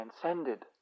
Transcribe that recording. transcended